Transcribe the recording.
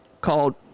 called